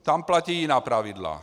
Tam platí jiná pravidla.